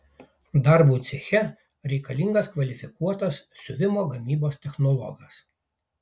darbui ceche reikalingas kvalifikuotas siuvimo gamybos technologas